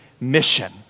mission